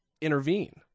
Intervene